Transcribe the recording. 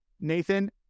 Nathan